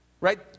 right